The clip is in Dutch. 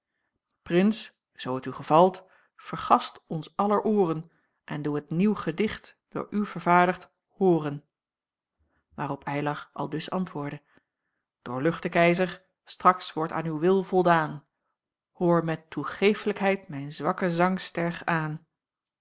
prins zoo het u gevalt vergast ons aller ooren en doe het nieuw gedicht door u vervaardigd hooren waarop eylar aldus antwoordde doorluchte keizer straks wordt aan uw wil voldaan hoor met toegeeflijkheid mijn zwakke zangster aan